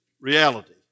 reality